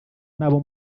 n’abo